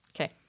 Okay